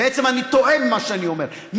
בעצם אני טועה במה שאני אומר,